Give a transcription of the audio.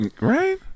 Right